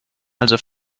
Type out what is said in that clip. also